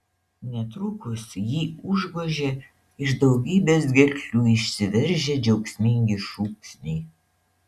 netrukus jį užgožė iš daugybės gerklių išsiveržę džiaugsmingi šūksniai